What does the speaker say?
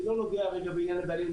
אני לא נוגע רגע בעניין הבעלים.